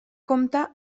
compte